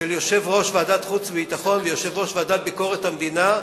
של יושב-ראש ועדת החוץ והביטחון ויושב-ראש ועדת ביקורת המדינה,